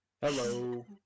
Hello